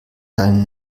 seinen